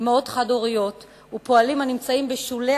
אמהות חד-הוריות ופועלים הנמצאים בשולי